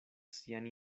sian